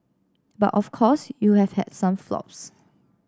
but of course you have had some flops